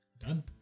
Done